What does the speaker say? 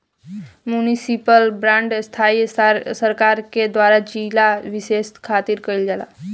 municipal bond स्थानीय सरकार के द्वारा जिला बिशेष खातिर कईल जाता